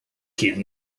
kid